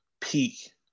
peak